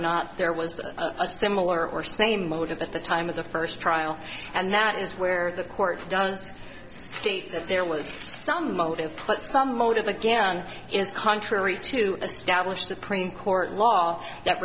not there was a similar or same motive at the time of the first trial and that is where the court does state that there was some motive but some motive again is contrary to establish the cream court law that